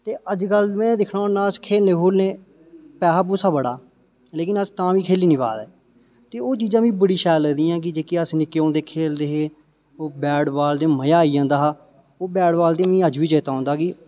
ते अज्ज कल्ल में दिक्खना हुंन्ना अस खेलने खूलने पैहा पूसा बड़ा लेकिन अस तां बी खेल्ली नीं पा दे ते ओह् चीजां मिगी बड़ी शैल लगदियां कि जेह्की अस निक्के हंदे खेलदे हे ओह् बैट बाल ते मजा आई जंदा हा ओह् बैट बाल ते मिगी अज्ज बी चेता औंदा कि